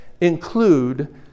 include